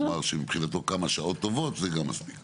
הוא אמר שמבחינתו כמה שעות טובות מספיקות.